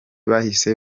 bahise